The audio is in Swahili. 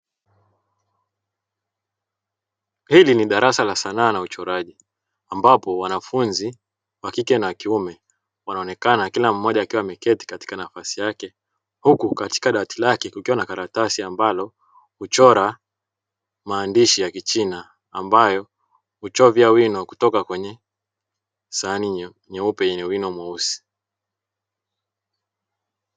Hili ni darasa la sanaa na uchoraji ambapo wanafunzi wa kike na kiume wanaonekana kila mmoja akiwa ameketi katika nafasi yake, huku katika dawati lake kukiwa na karatasi ambalo huchora maandishi ya kichina ambayo huchovya wino kutoka kwenye sahani nyeupe yenye wino mweusi.